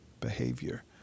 behavior